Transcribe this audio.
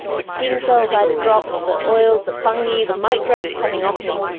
the skin cells i'd dropped, the oils, the fungi, the the microbes coming off me.